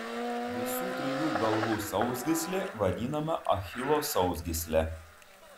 visų trijų galvų sausgyslė vadinama achilo sausgysle